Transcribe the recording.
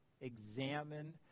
examine